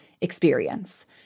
experience